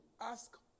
ask